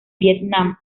vietnam